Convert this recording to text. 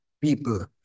people